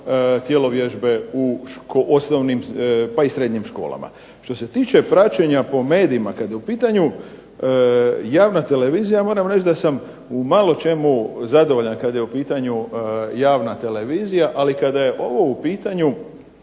tjelovježbe u osnovnim pa i srednjim školama. Što se tiče praćenja po medijima kada je u pitanju javna televizija ja mogu reći da sam u malo čemu zadovoljan kada je u pitanju javna televizija. Ali kada je ovo u pitanju